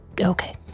okay